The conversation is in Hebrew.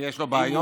שיש לו בעיות,